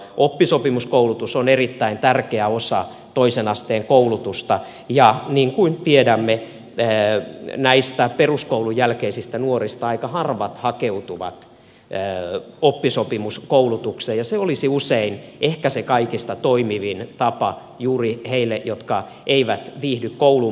oppisopimuskoulutus on erittäin tärkeä osa toisen asteen koulutusta ja niin kuin tiedämme näistä peruskoulun jälkeisistä nuorista aika harvat hakeutuvat oppisopimuskoulutukseen ja se olisi usein ehkä se kaikista toimivin tapa juuri heille jotka eivät viihdy koulunpenkillä